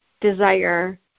desire